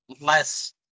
less